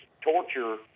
torture